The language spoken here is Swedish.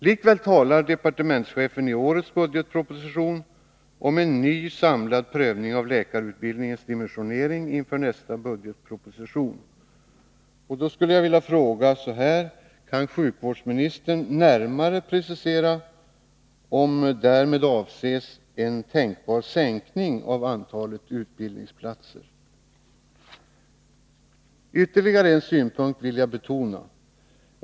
Likväl talar departementschefen i årets budgetproposition om ”en ny samlad prövning av läkarutbildningens dimensionering” inför nästa budgetproposition. Då skulle jag vilja fråga: Kan sjukvårdsministern närmare precisera, om därmed avses en tänkbar sänkning av antalet utbildningsplatser? Ytterligare en synpunkt vill jag betona.